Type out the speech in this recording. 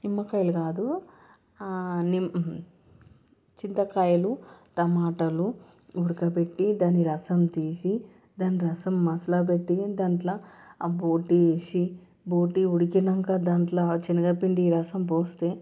నిమ్మకాయలు కాదు చింతకాయలు టమాటాలు ఉడకబెట్టి దాని రసం తీసి దాని రసం మసల పెట్టి దాంట్లో ఆ బోటి వేసి బోటి ఉడికాక దాంట్లో శనగపిండి రసం పోస్తే